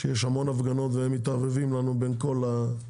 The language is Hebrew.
שיש המון הפגנות והם מתערבבים לנו בין כל הזה.